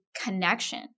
connection